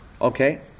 Okay